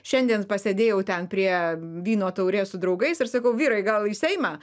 šiandien pasėdėjau ten prie vyno taurės su draugais ir sakau vyrai gal į seimą